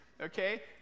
okay